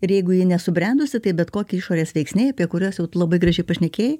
ir jeigu ji nesubrendusi tai bet kokie išorės veiksniai apie kuriuos jau tu labai gražiai pašnekėjai